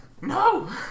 No